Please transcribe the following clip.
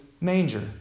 manger